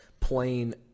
plain